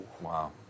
Wow